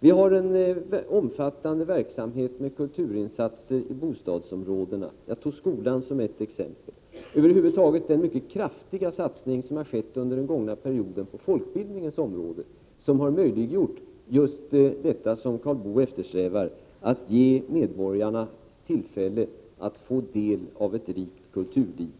Vi har en omfattande verksamhet med kulturinsatser i bostadsområden. Jag tog också skolan som ett exempel. Det är över huvud taget en mycket kraftig satsning som skett under den gångna perioden på folkbildningens område, och den har möjliggjort just det som Karl Boo eftersträvar, att ge medborgarna tillfälle att få del av ett rikt kulturliv.